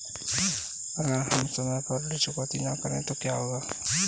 अगर हम समय पर ऋण चुकौती न करें तो क्या होगा?